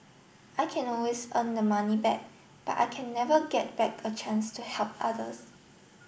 I can always earn the money back but I can never get back a chance to help others